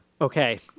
Okay